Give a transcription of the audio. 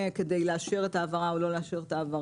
כדי לאשר את ההעברה או לא לאשר אותה,